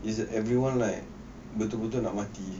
is it everyone like betul betul nak mati